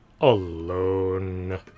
alone